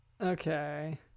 Okay